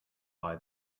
buy